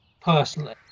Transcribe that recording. personally